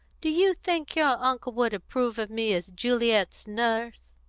do you think your uncle would approve of me as juliet's nurse?